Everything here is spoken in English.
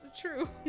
true